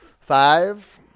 Five